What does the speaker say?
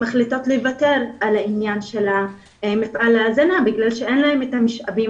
מחליטות לוותר על מפעלי ההזנה בגלל שאין להם את המשאבים